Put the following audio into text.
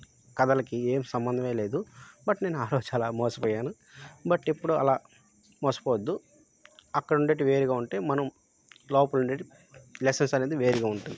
కథలకి ఏమి సంబంధమే లేదు బట్ నేను ఆ రోజు అలా మోసపోయాను బట్ ఎప్పుడూ అలా మోసపోవద్దు అక్కడుండేవి వేరుగా ఉంటే మనం లోపలుండేటి లెసన్స్ అనేది వేరుగా ఉంటుంది